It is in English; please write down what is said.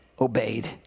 obeyed